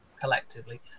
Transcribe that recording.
collectively